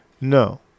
No